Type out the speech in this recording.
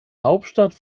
hauptstadt